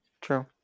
true